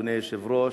אדוני היושב-ראש: